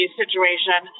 situation